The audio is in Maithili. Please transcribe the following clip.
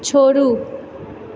छोड़ू